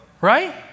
right